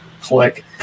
Click